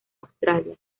australia